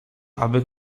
aby